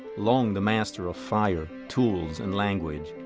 lone the master of fire, tools, and language,